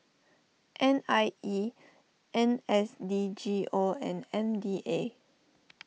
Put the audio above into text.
N I E N S D G O and M D A